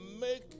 make